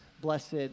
blessed